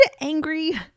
angry